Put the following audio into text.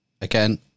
again